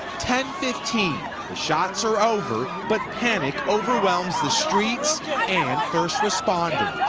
ten fifteen, the shots are over, but panic overwhelms the streets and first responders.